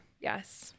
Yes